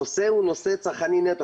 הנושא הוא נושא צרכני נטו.